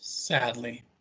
Sadly